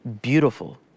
beautiful